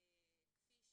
כן.